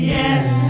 yes